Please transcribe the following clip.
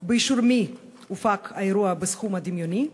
2. באישור מי הופק האירוע בסכום הדמיוני?